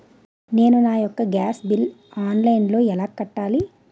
నేను నా యెక్క గ్యాస్ బిల్లు ఆన్లైన్లో ఎలా కట్టాలి?